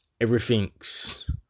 everything's